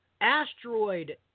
Asteroid